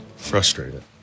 frustrated